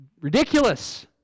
Ridiculous